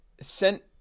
sent